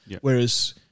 Whereas